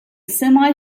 semi